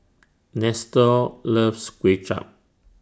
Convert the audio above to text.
Nestor loves Kway Chap